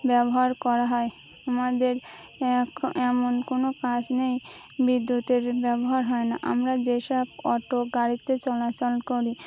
ব্যবহার করা হয় আমাদের এখ এমন কোনো কাজ নেই বিদ্যুতের ব্যবহার হয় না আমরা যেসব অটো গাড়িতে চলাচল করি